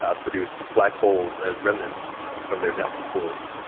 ah produce black holes as remnants from their dense cores.